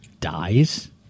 dies